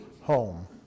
home